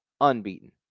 unbeaten